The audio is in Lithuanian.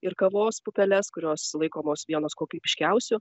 ir kavos pupeles kurios laikomos vienos kokybiškiausių